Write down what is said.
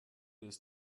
ist